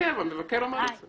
המבקר אמר את זה.